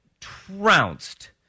trounced